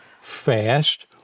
fast